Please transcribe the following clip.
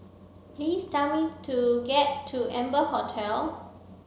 please tell me to get to Amber Hotel